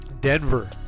Denver